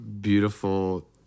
beautiful